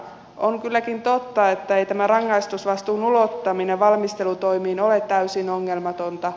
on kylläkin totta että ei tämä rangaistusvastuun ulottaminen valmistelutoimiin ole täysin ongelmatonta